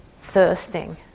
thirsting